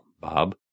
Bob